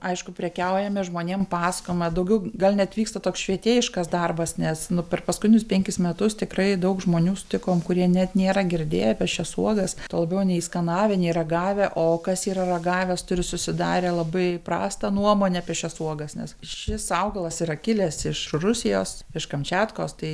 aišku prekiaujame žmonėm pasakojame daugiau gal net vyksta toks švietėjiškas darbas nes nu per paskutinius penkis metus tikrai daug žmonių sutikom kurie net nėra girdėję apie šias uogas tuo labiau nei skanavę nei ragavę o kas yra ragavęs turi susidarę labai prastą nuomonę apie šias uogas nes šis augalas yra kilęs iš rusijos iš kamčiatkos tai